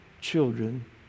children